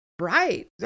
Right